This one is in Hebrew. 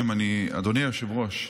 אדוני היושב-ראש,